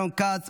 רון כץ,